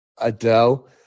Adele